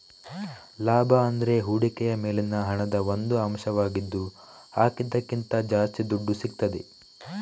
ಲಾಭ ಅಂದ್ರೆ ಹೂಡಿಕೆಯ ಮೇಲಿನ ಹಣದ ಒಂದು ಅಂಶವಾಗಿದ್ದು ಹಾಕಿದ್ದಕ್ಕಿಂತ ಜಾಸ್ತಿ ದುಡ್ಡು ಸಿಗ್ತದೆ